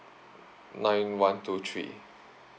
nine one two three